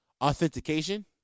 Authentication